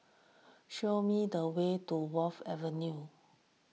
show me the way to Wharf Avenue